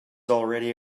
already